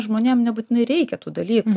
žmonėm nebūtinai reikia tų dalykų